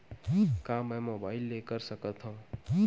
का मै मोबाइल ले कर सकत हव?